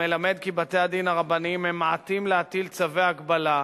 המלמד כי בתי-הדין הרבניים ממעטים להטיל צווי הגבלה.